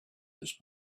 this